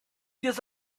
this